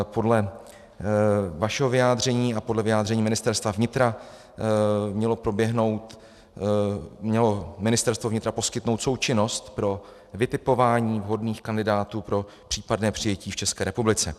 Podle vašeho vyjádření a podle vyjádření Ministerstva vnitra mělo Ministerstvo vnitra poskytnout součinnost pro vytipování vhodných kandidátů pro případné přijetí v České republice.